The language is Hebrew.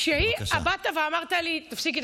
כשבאת ואמרת לי: תפסיקי,